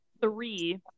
three